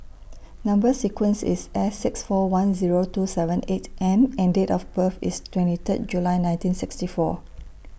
Number sequence IS S six four one Zero two seven eight M and Date of birth IS twenty Third July nineteen sixty four